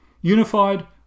Unified